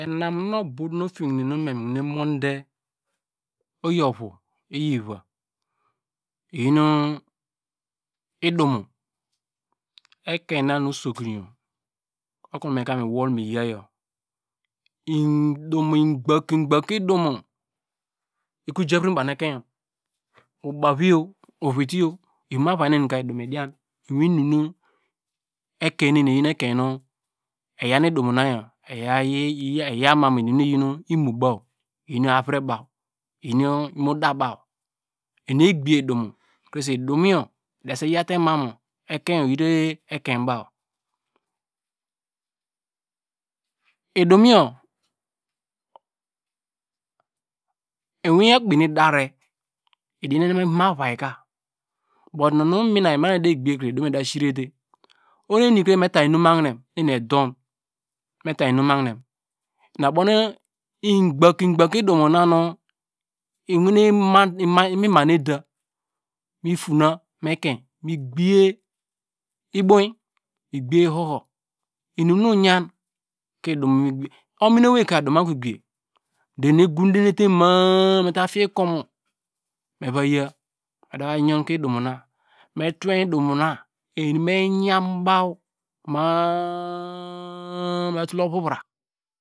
Enam nu ubow nu ofiye hine nu me mi wene monte oyi ovu oyi iva oyinu idumo ekein na nu usokun yor okonu meka mi woi mi ya yor idumo igbaka igbaka idumo iko kavrion ma banu ekein yor ubavinyor uvitiyor ivom avai neni ka idumo idian mu iwin nium nu ekein nene oyina ekein nu eyan idumo na yor manu imo bass eyin avrebow eyin imo dabow ewe egbiye idumo krese idumo yor ibese yaute mama ekein yor oyiete ekein baw idumo yor mu iwin akpe nu idare idian nute mu ivom avai ka but unu mina mano ede gbiye krese idumo yor ida sirete oho enikre meta inum mahinem nu em edon meta inum mahinem una ubownu igbaka igbaka idumu na hu mi ma ne eda mu fona mu ekein mi gbiye iboyi migbyiye ihoho inum nu uyan ka idumo mi gbiye do eni egute ma- a meta fiya ikomo me va ya me da vayi yon ke idumu na me tuwein idumuna eni me yambaw ma- a meda tul ovuvra